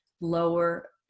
lower